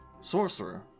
sorcerer